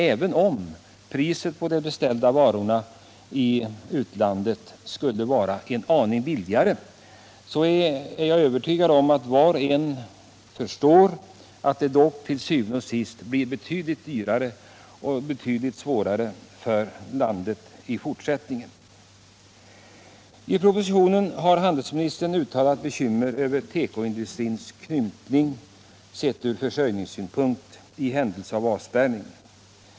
Även om priset på de beställda varorna skulle vara en aning lägre i utlandet, är jag övertygad om att var och en förstår att det til syvende og sidst blir betydligt dyrare att köpa i utlandet och att det i längden kan medföra svårigheter. I propositionen har handelsministern uttalat bekymmer över tekoindustrins krympning, sett ur försörjningssynpunkt i händelse av avspärrning.